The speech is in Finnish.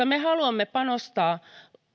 me haluamme panostaa